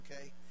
okay